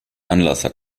anlasser